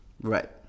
Right